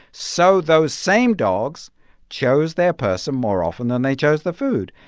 so those same dogs chose their person more often than they chose the food.